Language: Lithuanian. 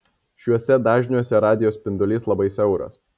šiuose dažniuose radijo spindulys labai siauras